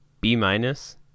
B-minus